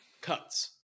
cuts